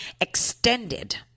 extended